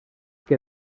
que